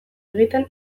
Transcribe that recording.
egiten